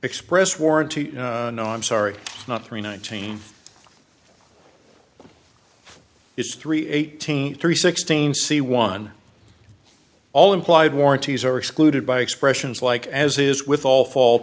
express warranty no i'm sorry not three nineteen is three eighteen three sixteen c one all implied warranties are excluded by expressions like as is with all fault